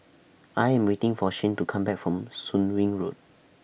I Am waiting For Shane to Come Back from Soon Wing Road